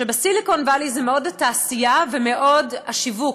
שב-Silicon Valley זה מאוד התעשייה ומאוד השיווק,